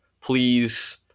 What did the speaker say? Please